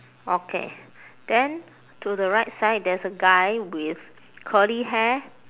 okay then to the right side there's a guy with curly hair